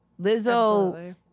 Lizzo